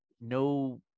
no